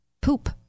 poop